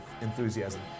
enthusiasm